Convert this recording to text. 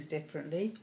differently